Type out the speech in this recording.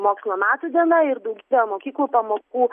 mokslo metų diena ir daugybė mokyklų pamokų